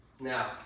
Now